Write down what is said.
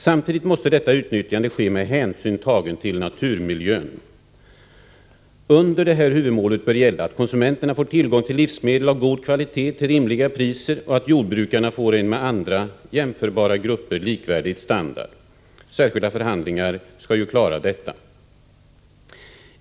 Samtidigt måste detta utnyttjande ske med hänsyn tagen till naturmiljön. Under det här huvudmålet bör gälla, att konsumenterna får tillgång till livsmedel av god kvalitet till rimliga priser och att jordbrukarna får en med andra jämförbara grupper likvärdig standard. Genom särskilda förhandlingar skall detta mål uppnås.